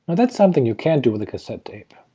that's something you can't do with a cassette tape.